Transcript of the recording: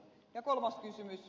ja kolmas kysymys